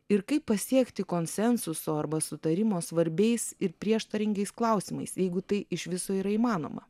ir kaip pasiekti konsensuso arba sutarimo svarbiais ir prieštaringais klausimais jeigu tai iš viso yra įmanoma